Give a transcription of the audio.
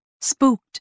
Spooked